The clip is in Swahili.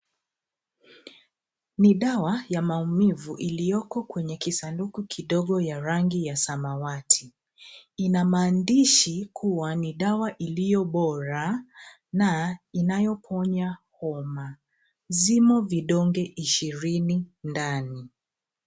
Ni dawa ya maumivu iliyoko kwenye kisanduku kidogo ya rangi ya samawati. Ina maandishi kuwa ni dawa iliyo bora na inayoponya homa. Zimo vidonge ishirini ndani.